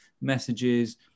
messages